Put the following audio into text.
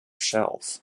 shelf